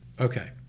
Okay